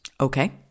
Okay